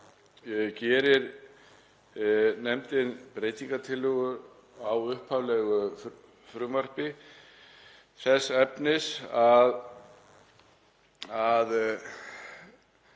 sagt gerir nefndin breytingartillögu á upphaflegu frumvarpi þess efnis að